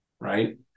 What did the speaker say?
Right